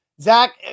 Zach